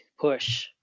push